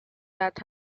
that